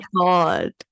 god